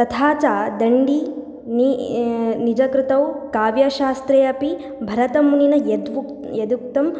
तथा च दण्डी नी निजकृतौ काव्यशास्त्रे अपि भरमुनिना यदुक्तं यदुक्तं